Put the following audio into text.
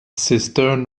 cistern